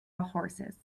horses